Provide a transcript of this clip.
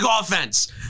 offense